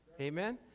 Amen